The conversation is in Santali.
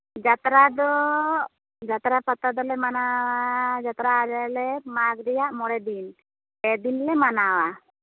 ᱡᱟᱛᱨᱟ ᱫᱚ ᱡᱟᱛᱨᱟ ᱯᱟᱛᱟ ᱫᱚᱞᱮ ᱢᱟᱱᱟᱣᱟ ᱡᱟᱛᱨᱟ ᱨᱮᱞᱮ ᱢᱟᱜᱽ ᱨᱮᱭᱟᱜ ᱢᱚᱬᱮ ᱫᱤᱱ ᱯᱮ ᱫᱤᱱ ᱨᱮᱞᱮ ᱢᱟᱱᱟᱣᱟ